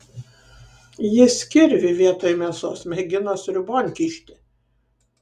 jis kirvį vietoj mėsos mėgino sriubon kišti